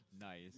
Nice